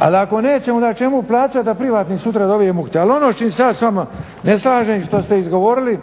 ono ako nećemo onda čemu plaćati da privatnik sutra dobije mukte ali ono što s čim se ja s vama ne slažem i što ste izgovorili